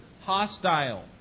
hostile